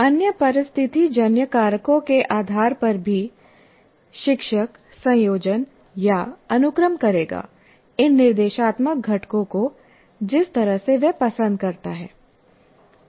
अन्य परिस्थितिजन्य कारकों के आधार पर भी शिक्षक संयोजन या अनुक्रम करेगा इन निर्देशात्मक घटकों को जिस तरह से वह पसंद करता है